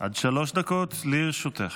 עד שלוש דקות לרשותך.